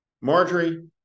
Marjorie